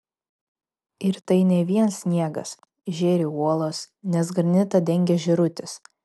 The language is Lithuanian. ir tai ne vien sniegas žėri uolos nes granitą dengia žėrutis